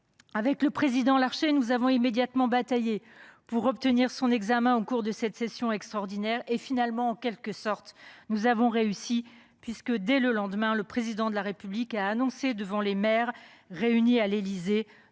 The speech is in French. Avec le président Larcher, nous avons immédiatement bataillé pour obtenir son examen au cours de cette session extraordinaire. Finalement, nous avons en quelque sorte réussi, puisque, dès le lendemain, le Président de la République a annoncé, devant les maires réunis à l’Élysée,